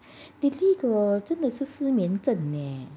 daddy 的真的是失眠症 eh